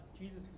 Jesus